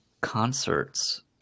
concerts